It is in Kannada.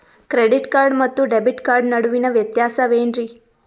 ಕ್ರೆಡಿಟ್ ಕಾರ್ಡ್ ಮತ್ತು ಡೆಬಿಟ್ ಕಾರ್ಡ್ ನಡುವಿನ ವ್ಯತ್ಯಾಸ ವೇನ್ರೀ?